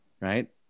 Right